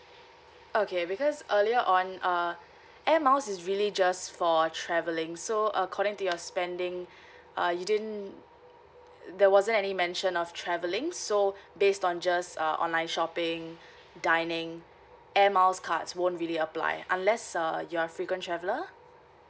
okay because earlier on uh air miles is really just for travelling so according to your spending uh you didn't there wasn't any mention of travelling so based on just uh online shopping dining air miles cards won't really apply unless uh you are frequent traveller